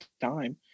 time